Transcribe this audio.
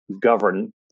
govern